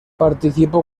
participó